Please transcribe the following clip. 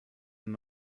and